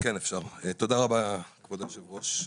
תודה רבה כבוד היושב ראש.